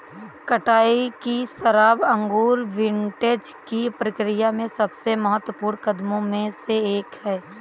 कटाई की शराब अंगूर विंटेज की प्रक्रिया में सबसे महत्वपूर्ण कदमों में से एक है